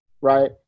right